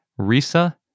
Risa